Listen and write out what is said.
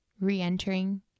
re-entering